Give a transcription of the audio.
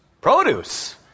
produce